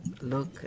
Look